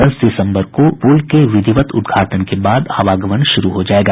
दस दिसम्बर को पुल के विधिवत उद्घाटन के बाद आवागमन शुरू हो जायेगा